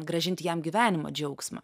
grąžinti jam gyvenimo džiaugsmą